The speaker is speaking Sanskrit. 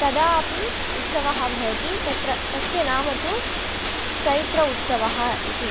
तदापि उत्सवः भवति तत्र तस्य नाम तु चैत्र उत्सवः इति